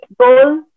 goal